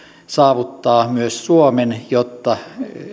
saavuttaa myös suomen jotta